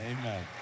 amen